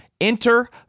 Enter